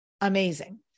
amazing